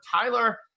Tyler